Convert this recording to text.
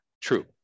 true